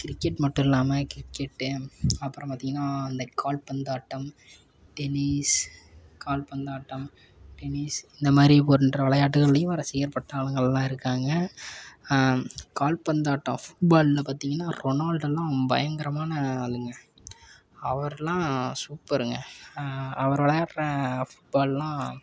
cricket மட்டும் இல்லாமல் cricket அப்பறம் பார்த்திங்கன்னா இந்த கால்பந்தாட்டம் டென்னிஸ் கால்பந்தாட்டம் டென்னிஸ் இந்தமாதிரி போன்ற விளையாட்டுகள்லேயும் ரசிகர் பட்டாளங்களெலாம் இருக்காங்க கால்பந்தாட்டம் ஃபுட்பாலில் பார்த்திங்கன்னா ரொனால்டோலாம் பயங்கரமான ஆளுங்க அவரெலாம் சூப்பருங்க அவர் விளையாட்ற ஃபுட்பால்லாம்